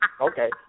okay